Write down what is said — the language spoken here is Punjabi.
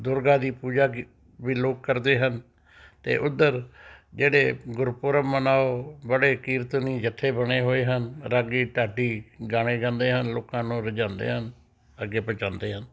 ਦੁਰਗਾ ਦੀ ਪੂਜਾ ਕੀਤ ਵੀ ਲੋਕ ਕਰਦੇ ਹਨ ਅਤੇ ਉੱਧਰ ਜਿਹੜੇ ਗੁਰਪੁਰਬ ਮਨਾਓ ਬੜੇ ਕੀਰਤਨੀਏ ਜਥੇ ਬਣੇ ਹੋਏ ਹਨ ਰਾਗੀ ਢਾਡੀ ਜਾਣੇ ਜਾਂਦੇ ਹਨ ਲੋਕਾਂ ਨੂੰ ਰੁਝਾਉਂਦੇ ਹਨ ਅੱਗੇ ਪਹੁੰਚਾਉਂਦੇ ਹਨ